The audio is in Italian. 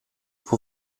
può